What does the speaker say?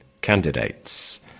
candidates